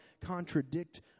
contradict